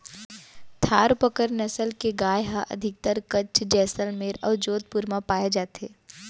थारपकर नसल के गाय ह अधिकतर कच्छ, जैसलमेर अउ जोधपुर म पाए जाथे